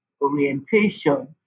orientation